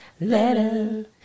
letter